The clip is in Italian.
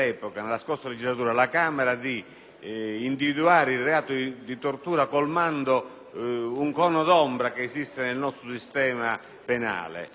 un cono d'ombra presente nel nostro sistema penale, che non prevede il reato di tortura. Nella scorsa legislatura si ritenne